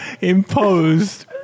imposed